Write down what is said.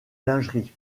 lingerie